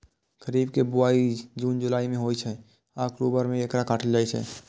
खरीफ के बुआई जुन जुलाई मे होइ छै आ अक्टूबर मे एकरा काटल जाइ छै